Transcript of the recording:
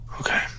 Okay